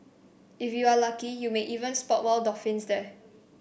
if you are lucky you may even spot wild dolphins there